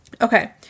Okay